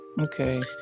Okay